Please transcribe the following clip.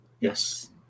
Yes